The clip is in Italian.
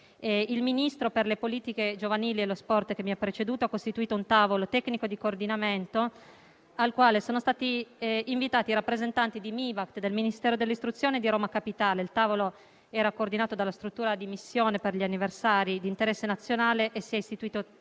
Il Ministro per le politiche giovanili e lo sport che mi ha preceduto ha costituito un tavolo tecnico di coordinamento al quale sono stati invitati i rappresentanti del Mibact, del Ministero dell'istruzione e di Roma Capitale. Il tavolo era coordinato dalla struttura di missione per gli anniversari di interesse nazionale e si è riunito